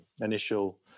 initial